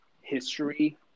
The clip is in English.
history